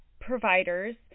providers